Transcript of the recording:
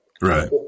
Right